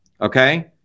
okay